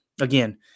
again